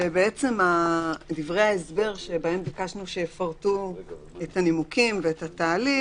כשבעצם דברי ההסבר שבהם ביקשנו שיפרטו את הנימוקים ואת התהליך